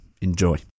enjoy